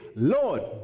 Lord